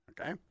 Okay